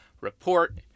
report